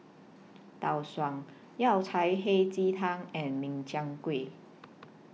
Tau Suan Yao Cai Hei Ji Tang and Min Chiang Kueh